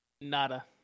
Nada